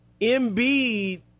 Embiid